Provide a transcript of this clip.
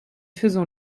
faisons